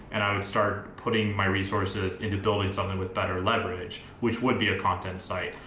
and i would start putting my resources into building something with better leverage, which would be a content site.